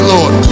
Lord